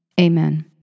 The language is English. Amen